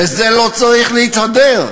וזה לא צריך להתהדר.